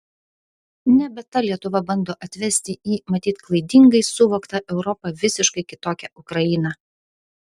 nebe ta lietuva bando atvesti į matyt klaidingai suvoktą europą visiškai kitokią ukrainą